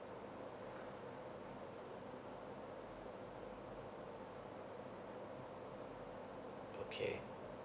okay